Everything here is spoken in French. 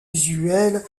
usuel